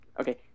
okay